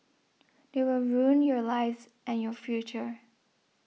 they will ruin your lives and your future